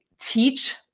teach